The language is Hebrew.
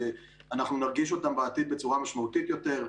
אנחנו נרגיש אותן בעתיד בצורה משמעותית יותר.